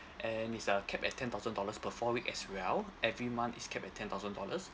and it's uh cap at ten thousand dollars per four week as well every month it's cap at ten thousand dollars